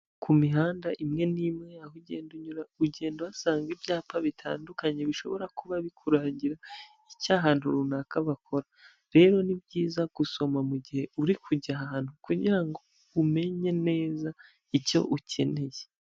Ku mihanda imwe n'imwe aho ugenda unyura, ugenda uhasanga ibyapa bitandukanye bishobora kuba bikurangira icyo ahantu runaka bakora, rero ni byiza gusoma mu gihe uri kujya ahantu kugira ngo umenye neza icyo ukeneye.